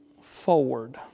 forward